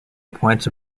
appoints